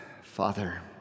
Father